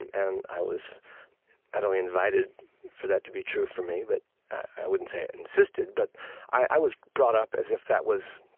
and and i was not only invited for that to be true for me, but i wouldn't say insisted but i was brought up as if that was